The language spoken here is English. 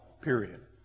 period